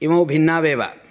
इमौ भिन्नावेव